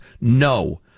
NO